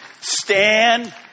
Stand